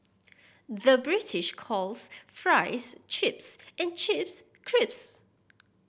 the British calls fries chips and chips crisps